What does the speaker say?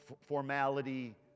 formality